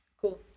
cool